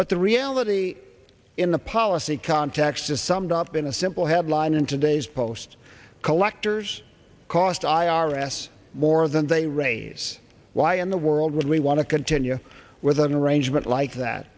but the reality in the policy context is summed up in a simple headline in today's post collectors cost i r s more than they raise why in the world would we want to continue with an arrangement like that